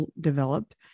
developed